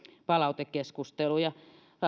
palautekeskusteluja